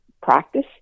practice